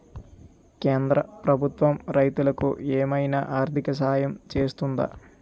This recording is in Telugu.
కేంద్ర ప్రభుత్వం రైతులకు ఏమైనా ఆర్థిక సాయం చేస్తుందా?